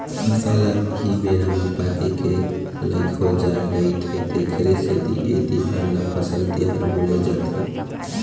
फसल ह एही बेरा म पाके के लइक हो जाय रहिथे तेखरे सेती ए तिहार ल फसल तिहार बोले जाथे